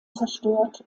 zerstört